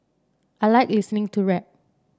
I like listening to rap